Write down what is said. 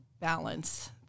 balance